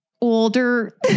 older